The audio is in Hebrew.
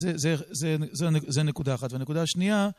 זה נקודה אחת, והנקודה השנייה...